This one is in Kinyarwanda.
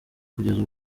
kugeza